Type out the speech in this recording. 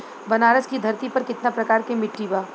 बनारस की धरती पर कितना प्रकार के मिट्टी बा?